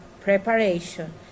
preparation